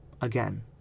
again